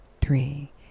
three